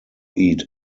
eat